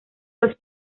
los